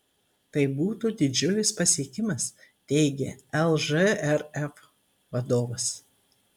tai būtų didžiulis pasiekimas teigė lžrf vadovas